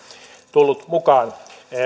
tullut mukaan